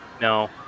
no